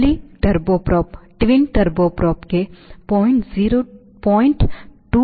07 ಮತ್ತು ಅವಳಿ turbo prop 0